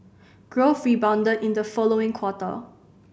growth rebounded in the following quarter